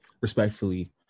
respectfully